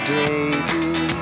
baby